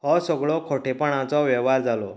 हो सगळो खोटेपणाचो वेव्हार जालो